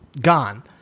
gone